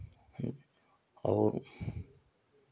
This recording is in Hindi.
और